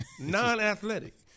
Non-athletic